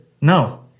No